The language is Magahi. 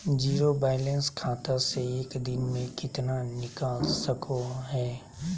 जीरो बायलैंस खाता से एक दिन में कितना निकाल सको है?